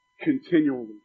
continually